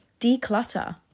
Declutter